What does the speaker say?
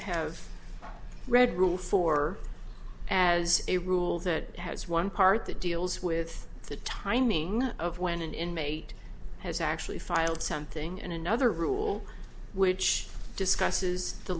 have read rules for as a rule that has one part that deals with the timing of when an inmate has actually filed something and another rule which discusses the